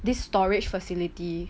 this storage facility